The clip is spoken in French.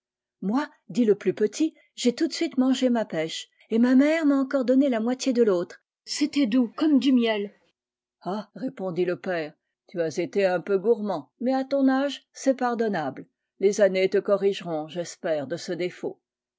moi dit le plus petit j'ai tout de suite mangé ma pêche et ma mère m'a encore donné la moitié de l'autre c'était doux comme du miel ah répondit le père tu as été un peu gourmand mais à ton âge c'est pardonnable lesannées te corrigeront j'espère de ce défaut